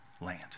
land